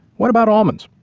what about almonds?